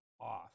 off